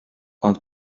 ond